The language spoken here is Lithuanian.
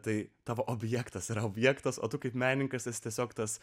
tai tavo objektas yra objektas o tu kaip menininkas esi tiesiog tas